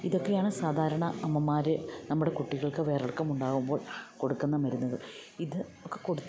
ഇതൊക്കെയാണ് സാധാരണ അമ്മമാർ നമ്മുടെ കുട്ടികൾക്ക് വയർ ഇളക്കം ഉണ്ടാവുമ്പോൾ കൊടുക്കുന്ന മരുന്നുകൾ ഇത് ഒക്കെ കൊടുത്തിട്ടും